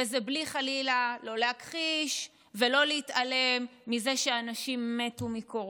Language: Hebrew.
וזה בלי חלילה להכחיש או להתעלם מזה שאנשים מתו מקורונה,